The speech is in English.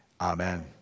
Amen